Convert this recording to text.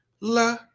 La